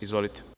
Izvolite.